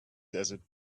desert